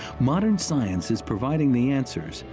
modern science is providing the answers,